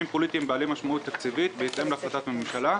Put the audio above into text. פוליטיים בעלי משמעות תקציבית בהתאם להחלטת הממשלה,